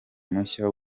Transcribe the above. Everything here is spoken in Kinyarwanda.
mushya